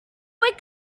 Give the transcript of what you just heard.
going